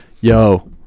Yo